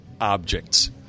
objects